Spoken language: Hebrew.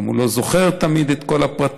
הוא גם לא זוכר תמיד את כל הפרטים,